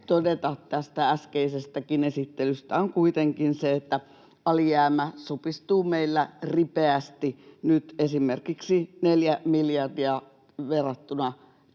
todeta tästä äskeisestäkin esittelystä, on kuitenkin se, että alijäämä supistuu meillä ripeästi. Nyt esimerkiksi verrattuna